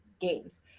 games